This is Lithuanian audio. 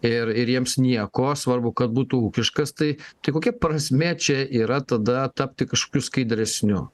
ir ir jiems nieko svarbu kad būtų ūkiškas tai tai kokia prasmė čia yra tada tapti kažkokiu skaidresniu